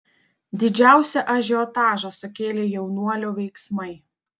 didžiausią ažiotažą sukėlė jaunuolio veiksmai